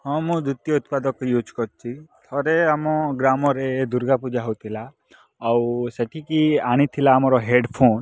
ହଁ ମୁଁ ଦ୍ଵିତୀୟ ଉତ୍ପାଦକ ୟୁଜ୍ କରିଛି ଥରେ ଆମ ଗ୍ରାମରେ ଦୂର୍ଗା ପୂଜା ହେଉଥିଲା ଆଉ ସେଠିକି ଆଣିଥିଲା ଆମର ହେଡ଼୍ ଫୋନ୍